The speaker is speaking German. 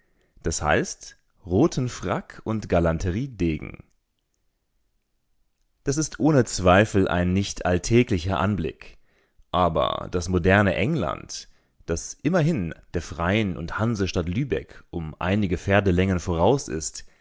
d h roten frack und galanteriedegen das ist ohne zweifel ein nicht alltäglicher anblick aber das moderne england das immerhin der freien und hansestadt lübeck um einige pferdelängen voraus ist